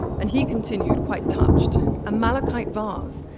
and he continued quite touched. a malachite vase,